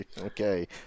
Okay